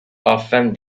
often